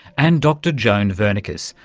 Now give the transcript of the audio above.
and dr joan vernikos,